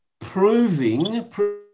proving